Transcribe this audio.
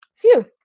Phew